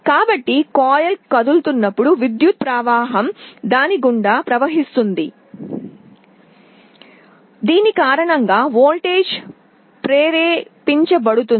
కాబట్టి కాయిల్ కదులుతున్నప్పుడు విద్యుత్ ప్రవాహం దాని గుండా ప్రవహిస్తుంది దీని కారణంగా వోల్టేజ్ ప్రేరేపించబడుతుంది